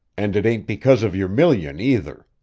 and it ain't because of your million, either.